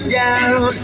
down